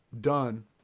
done